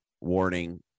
warning